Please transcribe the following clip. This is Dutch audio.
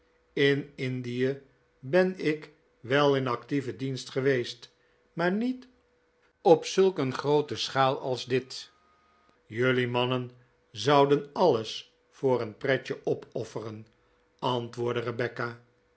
in indie ben ik wel in actieven dienst geweest maar niet op zulk een groote schaal als dit jelui mannen zouden alles voor een pretje opofferen antwoordde rebecca